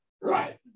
right